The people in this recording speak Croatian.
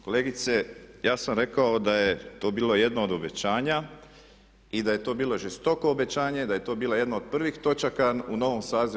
Kolegice, ja sam rekao da je to bila jedno od obećanja i da je to bilo žestoko obećanje, da je to bila jedna od prvih točaka u prvom sazivu.